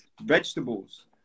vegetables